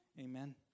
amen